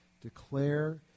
declare